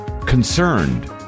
concerned